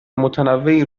متنوعی